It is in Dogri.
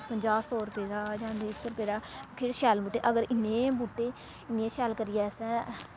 पंजाह् सौ जां डेढ सौ रपेऽ दा केह् शैल बूह्टे अगर इन्ने बूह्टे इ'यां शैल करियै असें